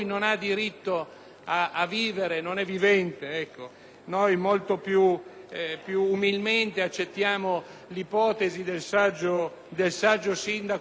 Noi, molto più umilmente, accettiamo l'ipotesi del saggio sindaco di Lecco, il quale sosteneva che questo è uno stadio di fragilità